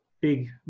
big